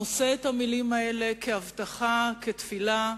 נושא את המלים האלה כהבטחה, כתפילה,